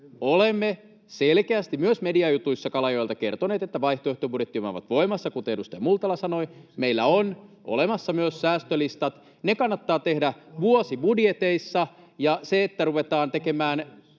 Olemme selkeästi myös mediajutuissa Kalajoelta kertoneet, että vaihtoehtobudjettimme ovat voimassa, kuten edustaja Multala sanoi. Meillä on olemassa myös säästölistat, ne kannattaa tehdä vuosibudjeteissa. Ja se, että ruvetaan tekemään